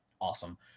awesome